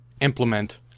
implement